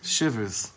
Shivers